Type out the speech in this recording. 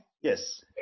Yes